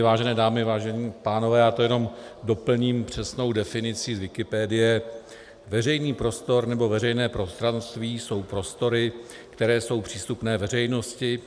Vážené dámy, vážení pánové, já to jenom doplním přesnou definicí z Wikipedie: Veřejný prostor nebo veřejné prostranství jsou prostory, které jsou přístupné veřejnosti.